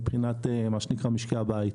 מבחינת משקי הבית.